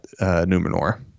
Numenor